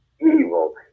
evil